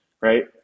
right